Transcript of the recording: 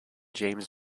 james